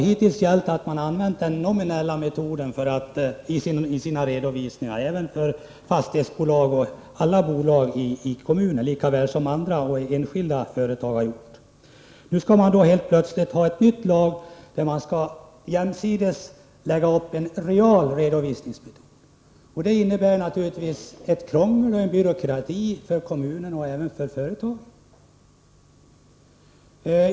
Hittills har kommunerna använt den nominella metoden i sina redovisningar även för fastighetsbolag och alla andra bolag i kommunen, lika väl som enskilda företag har gjort det. Nu skall man helt plötsligt jämsides lägga upp en real redovisning. Det innebär naturligtvis krångel och byråkrati för kommunen och även för företagen.